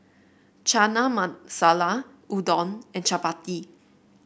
Chana Masala Udon and Chapati